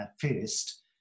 first